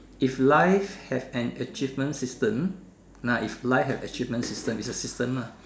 if life have an achievement system ah if life have achievement system it's a system ah